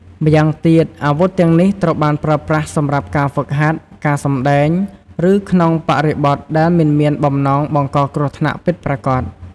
ម្យ៉ាងវិញទៀត អាវុធទាំងនេះត្រូវបានប្រើប្រាស់សម្រាប់ការហ្វឹកហាត់ ការសម្តែង ឬក្នុងបរិបទដែលមិនមានបំណងបង្កគ្រោះថ្នាក់ពិតប្រាកដ។